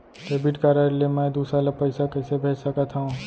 Debit card ले मैं दूसर ला पइसा कइसे भेज सकत हओं?